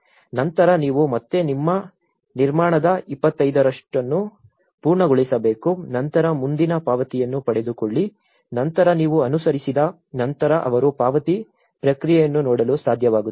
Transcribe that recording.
ನಂತರ ನೀವು ಮತ್ತೆ ನಿಮ್ಮ ನಿರ್ಮಾಣದ 25 ಅನ್ನು ಪೂರ್ಣಗೊಳಿಸಬೇಕು ನಂತರ ಮುಂದಿನ ಪಾವತಿಯನ್ನು ಪಡೆದುಕೊಳ್ಳಿ ನಂತರ ನೀವು ಅನುಸರಿಸಿದ ನಂತರ ಅವರು ಪಾವತಿ ಪ್ರಕ್ರಿಯೆಯನ್ನು ನೋಡಲು ಸಾಧ್ಯವಾಗುತ್ತದೆ